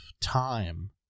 time